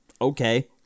okay